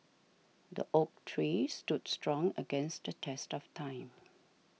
the oak tree stood strong against the test of time